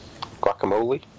Guacamole